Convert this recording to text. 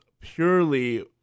purely